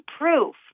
proof